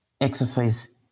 exercise